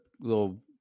little